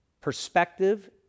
Perspective